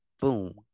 boom